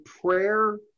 prayer